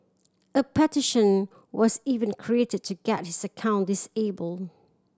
a petition was even created to get his account disabled